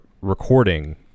recording